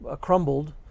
crumbled